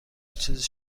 چیزی